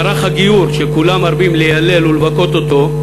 מערך הגיור, שכולם מרבים ליילל ולבכות אותו,